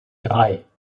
drei